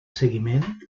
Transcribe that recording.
seguiment